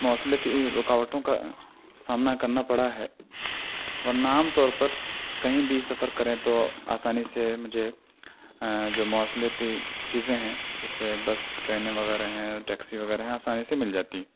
مواصلتی رکاوٹوں کا سامنا کرنا پڑا ورنہ عام طور پر کہیں بھی سفر کریں تو آسانی سے مجھے جو مواصلتی چیزیں ہیں جیسے بس ٹرینیں وغیرہ ہیں ٹیکسی وغیرہ ہیں آسانی سے مل جاتی ہیں